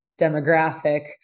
demographic